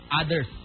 others